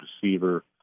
deceiver